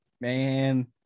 Man